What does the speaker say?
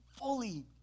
fully